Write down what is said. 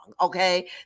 Okay